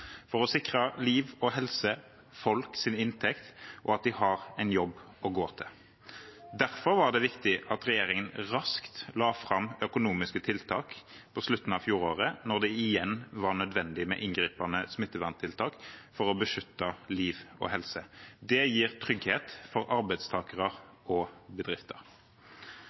for å sikre liv og helse, folks inntekt og at de har en jobb å gå til. Derfor var det viktig at regjeringen raskt la fram økonomiske tiltak på slutten av fjoråret, når det igjen var nødvendig med inngripende smitteverntiltak for å beskytte liv og helse. Det gir trygghet for arbeidstakere og bedrifter.